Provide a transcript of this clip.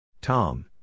Tom